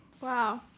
Wow